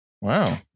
Wow